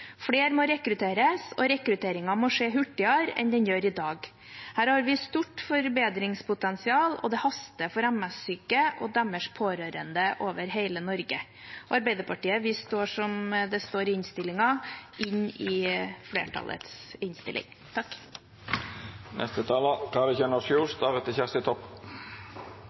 må rekrutteres, og rekrutteringen må skje hurtigere enn den gjør i dag. Her har vi et stort forbedringspotensial, og det haster for MS-syke og deres pårørende over hele Norge. Arbeiderpartiet står, som det står i innstillingen, inne i flertallets innstilling.